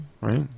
Right